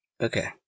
Okay